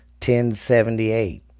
1078